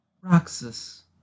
Roxas